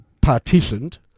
partitioned